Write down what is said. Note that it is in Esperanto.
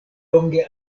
longe